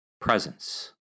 presence